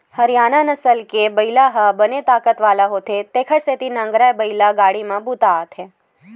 हरियाना नसल के बइला ह बने ताकत वाला होथे तेखर सेती नांगरए बइला गाड़ी म बूता आथे